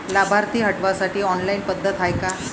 लाभार्थी हटवासाठी ऑनलाईन पद्धत हाय का?